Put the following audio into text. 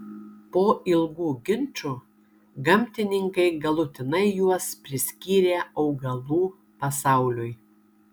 po ilgų ginčų gamtininkai galutinai juos priskyrė augalų pasauliui